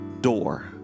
door